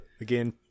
again